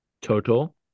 total